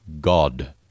God